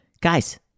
Guys